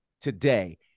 today